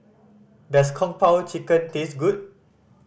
does Kung Po Chicken taste good